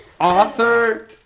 Author